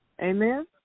Amen